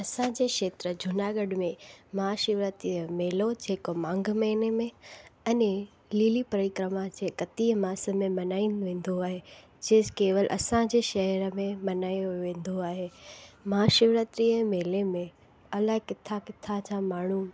असांजे क्षेत्र जूनागढ़ में महाशिवरात्री जो मेलो जेको मांघु महीने में अने लिली परिक्रमा जे एकतीह मासि में वेंदो आहे जे केवल असांजे शहर में मल्हायो वेंदो आहे महाशिवरात्री जो मेले में अलाए किथां किथां जा माण्हू